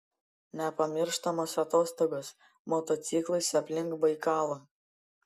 nepamirštamos atostogos motociklais aplink baikalą